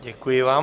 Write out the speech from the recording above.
Děkuji vám.